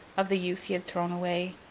of the youth he had thrown away,